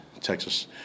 Texas